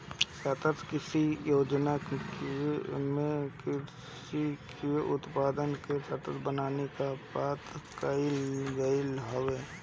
सतत कृषि योजना में कृषि के उत्पादन के सतत बनावे के बात कईल गईल हवे